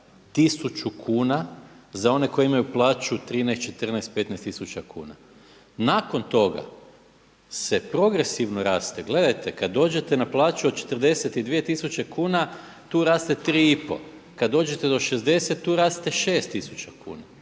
1000 kuna za one koje imaju plaću 13, 14, 15 tisuća kuna. Nakon toga se progresivno raste. Gledajte, kada dođete na plaću od 42 tisuće kuna tu raste 3,5, kada dođete do 60 tu raste 6 tisuća kuna.